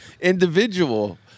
individual